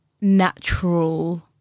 natural